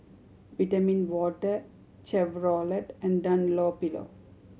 Vitamin Water Chevrolet and Dunlopillo